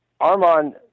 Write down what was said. Armand